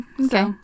Okay